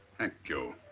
thank you.